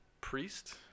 priest